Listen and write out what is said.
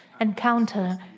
encounter